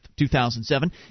2007